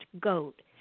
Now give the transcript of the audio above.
Goat